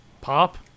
Pop